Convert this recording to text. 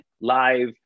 live